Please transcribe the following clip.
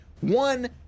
One